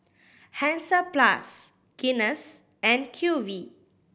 Hansaplast Guinness and Q V